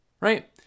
right